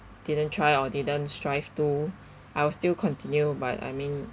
didn't try or didn't strive to I'll still continue but I mean